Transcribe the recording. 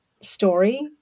story